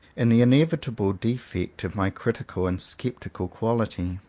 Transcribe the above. and the in evitable defect of my critical and sceptical quality.